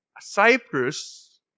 Cyprus